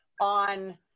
on